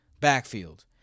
backfield